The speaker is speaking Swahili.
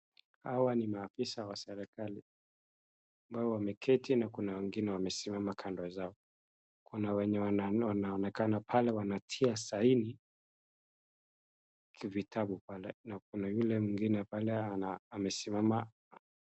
Hawa ni maafisa wa serikali. Wao wameketi na kuna wengine wamesimama kando zao. Kuna wenye wanaoonekana pale wanatia sahihi kwa vitabu pale na kuna yule mwingine pale amesimama...